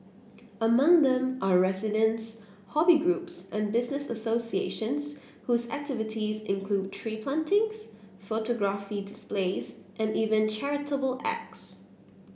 among them are residents hobby groups and business associations whose activities include tree plantings photography displays and even charitable acts